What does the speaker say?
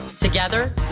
Together